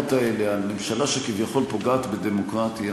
הטענות האלה על ממשלה שכביכול פוגעת בדמוקרטיה